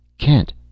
Kent